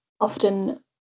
often